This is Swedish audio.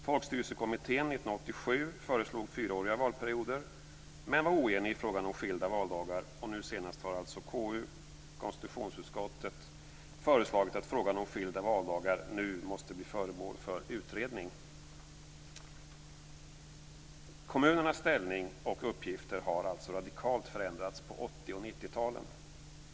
Folkstyrelsekommittén föreslog år 1987 fyraåriga valperioder men var oenig i frågan om skilda valdagar, och senast har konstitutionsutskottet föreslagit att frågan om skilda valdagar nu måste bli föremål för utredning. Kommunernas ställning och uppgifter har radikalt förändrats på 80 och 90-talen.